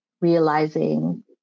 realizing